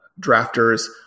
drafters